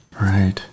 Right